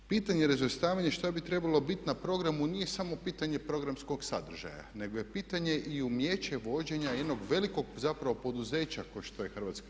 Pitanje razvrstavanje što bi trebalo bit na programu nije samo pitanje programskog sadržaja nego je pitanje i umijeće vođenja jednog velikog zapravo poduzeća kao što je HRT.